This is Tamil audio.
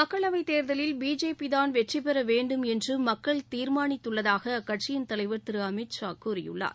மக்களவைத் தேர்தவில் பிஜேபி தான் வெற்றி பெற வேண்டும் என்று மக்கள் தீர்மானித்துள்ளதாக அக்கட்சியின் தலைவர் திரு அமித் ஷா கூறியுள்ளார்